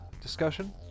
discussion